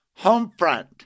Homefront